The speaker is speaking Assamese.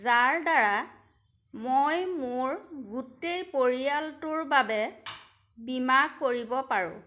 যাৰদ্বাৰা মই মোৰ গোটেই পৰিয়ালটোৰ বাবে বীমা কৰিব পাৰোঁ